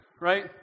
right